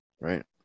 Right